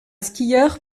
skieur